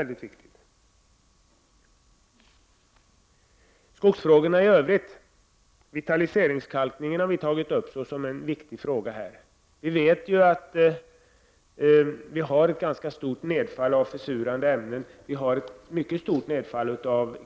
När det gäller skogsfrågorna i övrigt har centerpartiet tagit upp vitaliseringskalkningen som en viktig fråga. Vi har ett ganska stort nedfall av försurande ämnen, t.ex.